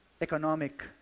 economic